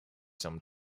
some